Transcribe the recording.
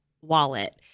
wallet